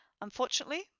Unfortunately